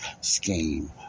scheme